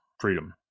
freedom